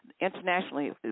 internationally